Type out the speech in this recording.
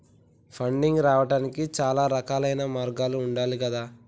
funding రావడానికి చాలా రకాలైన మార్గాలు ఉండాలి గదా